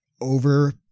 over